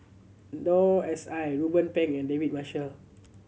Noor S I Ruben Pang and David Marshall